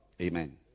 Amen